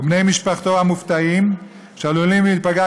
ובני-משפחתו המופתעים עלולים להיפגע